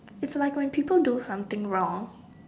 it's like when people do something wrong